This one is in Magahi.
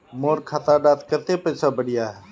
मोर खाता डात कत्ते पैसा बढ़ियाहा?